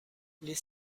les